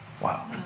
Wow